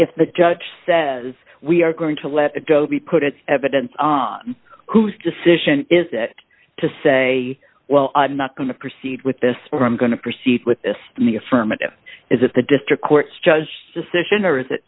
if the judge says we are going to let it go be put it's evidence on who's decision is it to say well i'm not going to proceed with this or i'm going to proceed with this in the affirmative is that the district court judge decision or is it